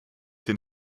den